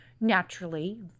naturally